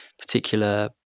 particular